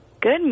Good